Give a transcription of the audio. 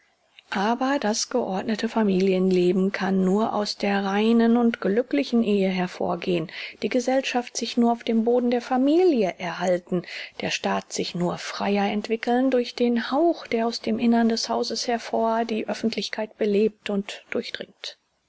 aber das geordnete familienleben kann nur aus der reinen und glücklichen ehe hervorgehen die gesellschaft sich nur auf dem boden der familie erhalten der staat sich nur freier entwickeln durch den hauch der aus dem innern des hauses hervor die oeffentlichkeit belebt und durchdringt